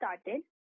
started